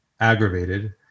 aggravated